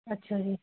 ਅੱਛਾ ਜੀ